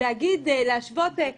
כן